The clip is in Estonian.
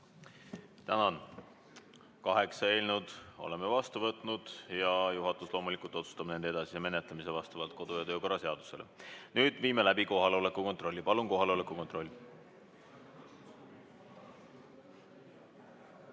Tänan! Kaheksa eelnõu oleme vastu võtnud ja juhatus loomulikult otsustab nende edasise menetlemise vastavalt kodu‑ ja töökorra seadusele. Nüüd viime läbi kohaloleku kontrolli. Palun kohaloleku kontroll!